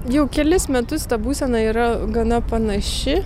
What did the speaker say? jau kelis metus ta būsena yra gana panaši